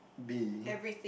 be